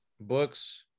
books